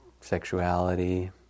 sexuality